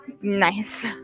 Nice